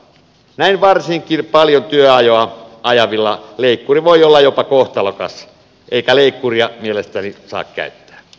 näin varsinkin paljon työajoa ajavilla leikkuri voi olla jopa kohtalokas eikä leikkuria mielestäni saa käyttää